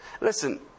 Listen